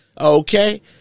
okay